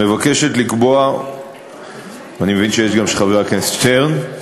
אני מבין שגם של חבר הכנסת שטרן,